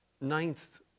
ninth